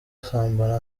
asambana